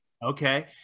Okay